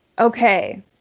okay